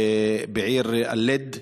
בעיר אל-לד,